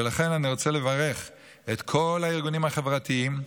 ולכן אני רוצה לברך את כל הארגונים החברתיים,